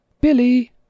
Billy